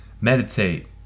meditate